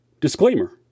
Disclaimer